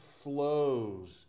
flows